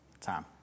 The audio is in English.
time